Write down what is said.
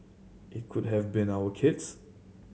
it could have been our kids